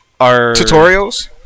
Tutorials